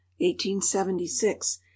1876